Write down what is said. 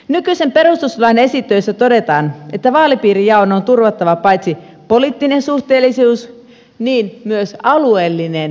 nykyisen perustuslain esittelyssä todetaan että vaalipiirijaon on turvattava paitsi poliittinen suhteellisuus myös alueellinen edustavuus